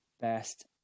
Best